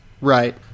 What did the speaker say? right